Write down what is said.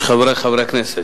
חמישה